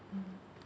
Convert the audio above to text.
mm